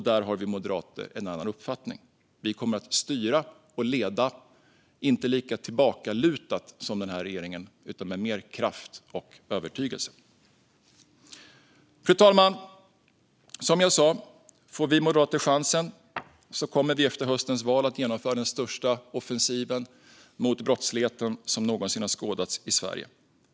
Där har vi moderater en annan uppfattning. Vi kommer inte att styra och leda lika tillbakalutat som den här regeringen utan med mer kraft och övertygelse. Fru talman! Som jag sa: Om vi moderater får chansen kommer vi efter höstens val att genomföra den största offensiv mot brottsligheten som någonsin har skådats i Sverige.